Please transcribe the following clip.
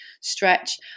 stretch